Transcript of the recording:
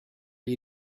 you